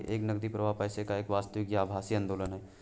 एक नकदी प्रवाह पैसे का एक वास्तविक या आभासी आंदोलन है